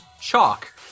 chalk